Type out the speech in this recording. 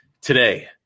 Today